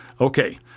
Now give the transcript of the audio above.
Okay